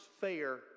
fair